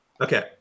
Okay